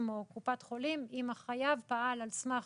או קופת חולים - כאשר אם החייב פעל על סמך